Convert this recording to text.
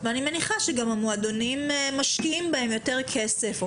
ואני מניחה שגם המועדונים משקיעים בהם יותר כסף או